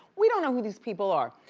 we don't know who these people are.